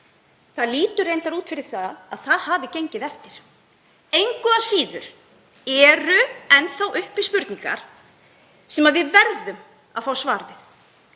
Það lítur reyndar út fyrir að það hafi gengið eftir. Engu að síður eru enn þá uppi spurningar sem við verðum að fá svar við.